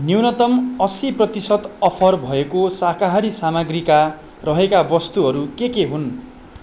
न्यूनतम असी प्रतिसत अफर भएको शाकाहारी सामग्रीका रहेका वस्तुहरू के के हुन्